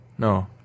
No